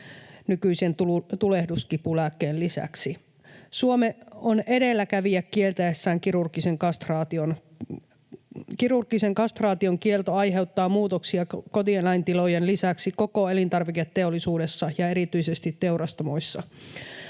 nykyisen tulehduskipulääkkeen lisäksi. Suomi on edelläkävijä kieltäessään kirurgisen kastraation. Kirurgisen kastraation kielto aiheuttaa muutoksia kotieläintilojen lisäksi koko elintarviketeollisuudessa ja erityisesti teurastamoissa.